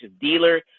dealer